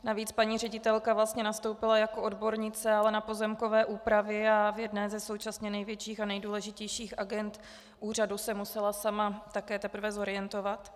Navíc paní ředitelka vlastně nastoupila jako odbornice, ale na pozemkové úpravy, a v jedné ze současně největších a nejdůležitějších agend úřadu se musela sama také teprve zorientovat.